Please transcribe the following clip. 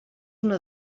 una